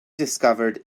discovered